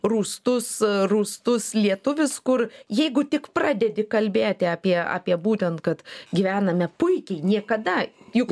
rūstus rūstus lietuvis kur jeigu tik pradedi kalbėti apie apie būtent kad gyvename puikiai niekada juk